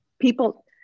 people